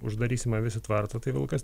uždarysim avis į tvartą tai vilkas